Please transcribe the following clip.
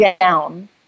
down